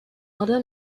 other